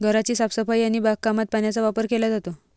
घराची साफसफाई आणि बागकामात पाण्याचा वापर केला जातो